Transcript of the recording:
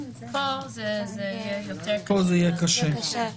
פה זה יהיה קשה יותר.